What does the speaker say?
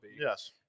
Yes